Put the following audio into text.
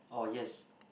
oh yes